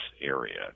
area